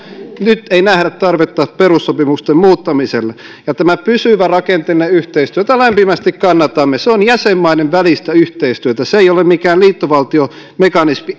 nyt ei nähdä tarvetta perussopimusten muuttamiselle tämä pysyvä rakenteellinen yhteistyö jota lämpimästi kannatamme on jäsenmaiden välistä yhteistyötä se ei ole mikään liittovaltiomekanismi